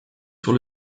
sur